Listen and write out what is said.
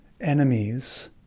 enemies